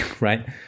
right